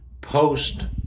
post